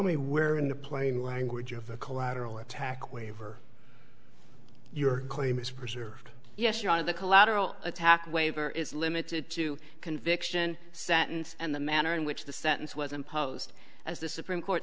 me where in the plain language of the collateral attack waiver your claim is preserved yes your honor the collateral attack waiver is limited to conviction sentence and the manner in which the sentence was imposed as the supreme court